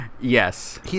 yes